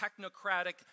technocratic